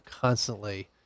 constantly